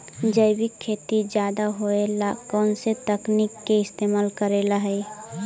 जैविक खेती ज्यादा होये ला कौन से तकनीक के इस्तेमाल करेला हई?